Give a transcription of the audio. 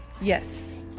yes